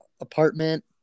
apartment